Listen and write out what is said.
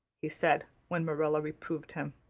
he said when marilla reproved him.